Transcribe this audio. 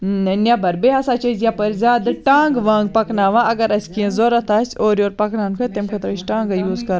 نیٚبَر بییٚہِ ہَسا چھِ أسۍ یَپٲرۍ زیادٕ ٹانٛگہٕ وانٛگہٕ پَکناوان اگر اَسہِ کینٛہہ ضوٚرَتھ آسہِ اورٕ یورٕ پَکناونہٕ خٲطرٕ تمہِ خٲطرٕ چھِ ٹانٛگے یوٗز کَرُن